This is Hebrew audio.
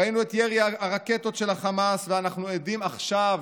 ראינו את ירי הרקטות של החמאס, ואנחנו עדים עכשיו